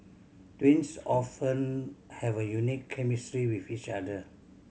twins often have a unique chemistry with each other